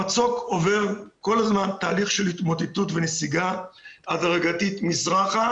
המצוק עובר כל הזמן תהליך של התמוטטות ונסיגה הדרגתית מזרחה